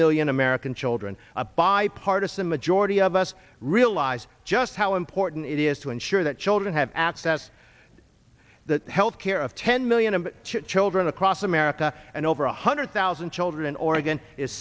million american children a bipartisan majority of us realize just how important it is to ensure that children have access to the health care of ten million of children across america and over one hundred thousand children oregon is